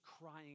crying